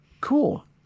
cool